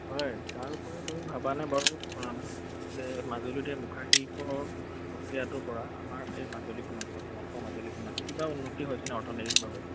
হয় তাৰ উপৰিও তুমি ভাবানে বাৰু প্ৰণামি যে মাজুলীত এই মুখাশিল্প প্ৰক্ৰিয়াটোৰ পৰা আমাৰ এই মাজুলীখনত বা তোমালোকৰ মাজুলীখনত কিবা উন্নতি হৈছেনে অৰ্থনৈতিকভাৱে